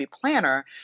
planner